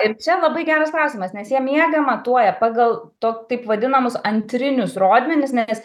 ir čia labai geras klausimas nes jie miegą matuoja pagal to taip vadinamus antrinius rodmenis nes